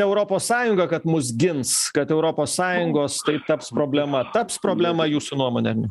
europos sąjunga kad mus gins kad europos sąjungos tai taps problema taps problema jūsų nuomone ar ne